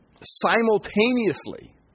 simultaneously